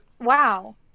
Wow